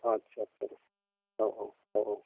आस्सा औ औ औ औ